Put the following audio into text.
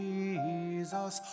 Jesus